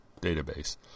database